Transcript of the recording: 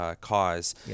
cause